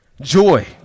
Joy